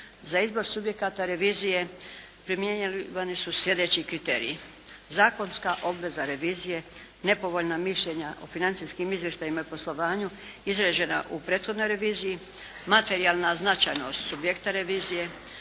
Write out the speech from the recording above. za izbor subjekata revizije primjenjivani su slijedeći kriteriji, zakonska obveza revizija, nepovoljna mišljenja o financijskim izvještajima i poslovanju izrađena u prethodnoj reviziji, materijalna značajnost subjekta revizije,